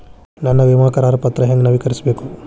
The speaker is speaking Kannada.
ನನ್ನ ವಿಮಾ ಕರಾರ ಪತ್ರಾ ಹೆಂಗ್ ನವೇಕರಿಸಬೇಕು?